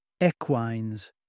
Equines